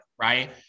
right